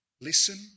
listen